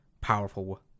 powerful